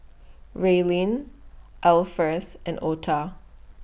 Raelynn Alpheus and Otha